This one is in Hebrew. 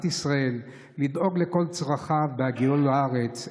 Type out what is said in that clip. ישראל לדאוג לכל צרכיו בהגיעו לארץ,